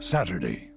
Saturday